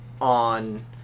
on